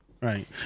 right